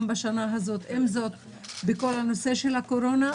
בשנה הזאת אם זה בכל הנושא של הקורונה,